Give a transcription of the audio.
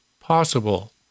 possible